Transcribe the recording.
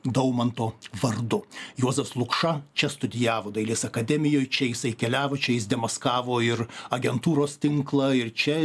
daumanto vardu juozas lukša čia studijavo dailės akademijoj čia jisai keliavo čia jis demaskavo ir agentūros tinklą ir čia